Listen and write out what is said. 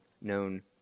known